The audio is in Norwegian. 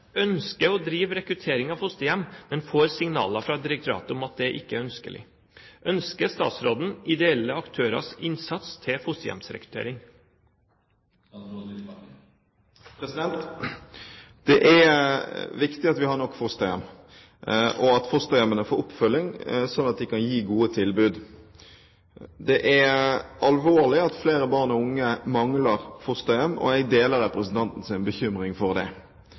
ønsker å drive rekruttering av fosterhjem, men får signaler fra direktoratet om at dette ikke er ønskelig. Ønsker statsråden ideelle aktørers innsats til fosterhjemsrekruttering?» Det er viktig at vi har nok fosterhjem, og at fosterhjemmene får oppfølging, sånn at de kan gi gode tilbud. Det er alvorlig at flere barn og unge mangler fosterhjem. Jeg deler representantens bekymring for